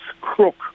Crook